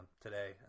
today